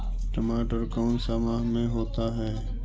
टमाटर कौन सा माह में होता है?